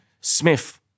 Smith